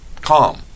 calm